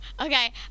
Okay